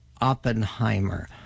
Oppenheimer